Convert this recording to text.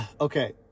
okay